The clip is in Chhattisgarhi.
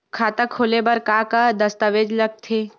खाता खोले बर का का दस्तावेज लगथे?